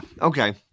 okay